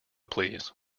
please